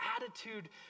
attitude